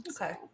okay